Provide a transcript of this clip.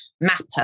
mapper